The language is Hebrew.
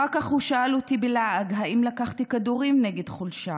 אחר כך הוא שאל אותי בלעג אם לקחתי כדורים נגד חולשה.